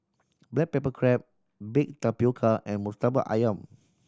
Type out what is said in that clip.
black pepper crab baked tapioca and Murtabak Ayam